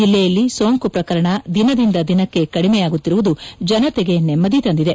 ಜಿಲ್ಲೆಯಲ್ಲಿ ಸೋಂಕು ಪ್ರಕರಣ ದಿನದಿಂದ ದಿನಕ್ಕೆ ಕಡಿಮೆಯಾಗುತ್ತಿರುವುದು ಜನತೆಗೆ ನೆಮ್ಮದಿ ತಂದಿದೆ